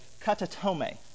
katatome